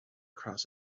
across